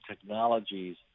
technologies